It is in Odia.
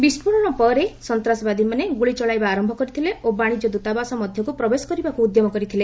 ବିସ୍ଫୋରଣ ପରେ ସନ୍ତାସବାଦୀମାନେ ଗୁଳି ଚଳାଇବା ଆରମ୍ଭ କରିଥିଲେ ଓ ବାଣିଜ୍ୟ ଦୃତାବାସ ମଧ୍ୟକୁ ପ୍ରବେଶ କରିବାକୁ ଉଦ୍ୟମ କରିଥିଲେ